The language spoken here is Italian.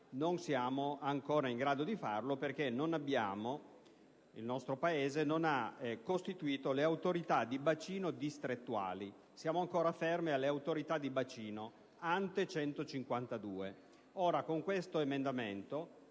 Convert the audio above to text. non siamo ancora in grado di intervenire, perché il nostro Paese non ha costituito le Autorità di bacino distrettuali: siamo ancora fermi alle Autorità di bacino *ante*